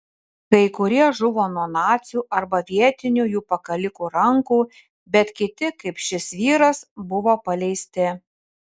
kai kurie žuvo nuo nacių arba vietinių jų pakalikų rankų bet kiti kaip šis vyras buvo paleisti